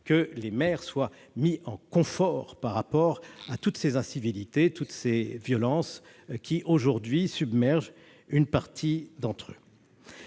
que les maires soient confortés par rapport à toutes ces incivilités et à toutes ces violences qui aujourd'hui accablent certains d'entre eux.